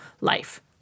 life